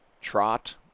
trot